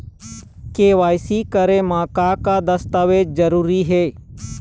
KYC करे म का का दस्तावेज जरूरी हे?